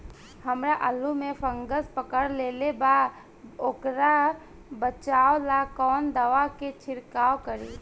हमरा आलू में फंगस पकड़ लेले बा वोकरा बचाव ला कवन दावा के छिरकाव करी?